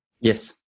Yes